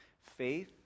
faith